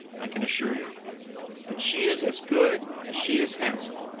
i can assure you but she is as good as she is handsome,